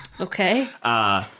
Okay